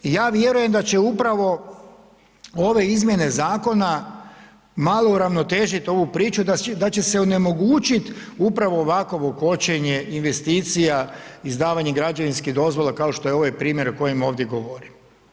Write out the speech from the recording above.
Ja vjerujem da će upravo ove izmjene zakona malo uravnotežiti ovu priču da će se onemogućiti upravo ovakovo kočenje investicija izdavanja građevinskih dozvola kao što je ovaj primjer o kojem ovdje govorim.